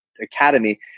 academy